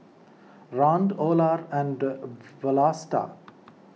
Rand Olar and Vlasta